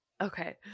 Okay